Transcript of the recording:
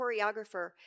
choreographer